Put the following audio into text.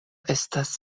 estas